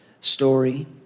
story